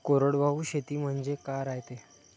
कोरडवाहू शेती म्हनजे का रायते?